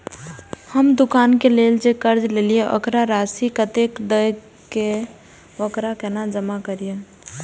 हम दुकान के लेल जे कर्जा लेलिए वकर राशि कतेक छे वकरा केना जमा करिए?